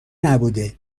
نبوده